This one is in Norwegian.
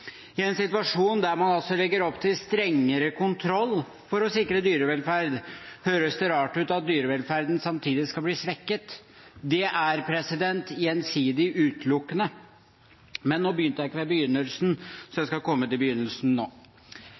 I en situasjon der man legger opp til strengere kontroll for å sikre dyrevelferd, høres det rart ut at dyrevelferden samtidig skal bli svekket. Det er gjensidig utelukkende. Men jeg begynte ikke med begynnelsen, så jeg skal komme til begynnelsen nå.